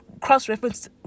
cross-reference